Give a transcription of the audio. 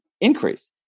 increase